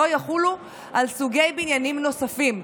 לא יחולו על סוגי בניינים נוספים".